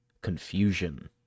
Confusion